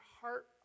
heart